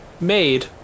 made